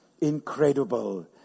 incredible